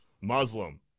Muslim